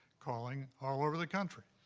calling all over the country.